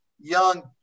young